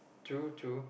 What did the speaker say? true true